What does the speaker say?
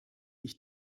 ich